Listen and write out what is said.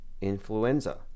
influenza